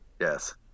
yes